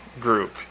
group